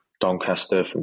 Doncaster